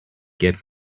get